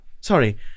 Sorry